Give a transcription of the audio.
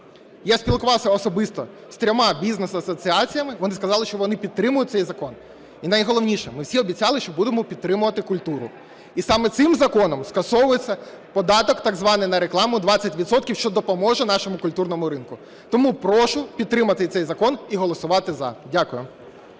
Я спілкувався особисто з трьома бізнес-асоціаціями, вони сказали, що вони підтримують цей закон. І, найголовніше, ми всі обіцяли, що будемо підтримувати культуру. І саме цим законом скасовується податок на рекламу 20 відсотків, що допоможе нашому культурному ринку. Тому прошу підтримати цей закон і голосувати "за". Дякую.